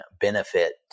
benefit